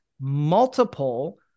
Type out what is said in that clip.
multiple